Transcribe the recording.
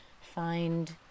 find